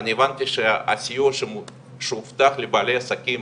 אני הבנתי שהסיוע שהובטח לבעלי העסקים